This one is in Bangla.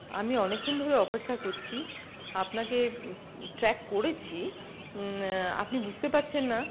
আমি অনেকক্ষণ ধরে অপেক্ষা করছি আপনাকে ট্র্যাক করেছি আপনি বুঝতে পারছেন না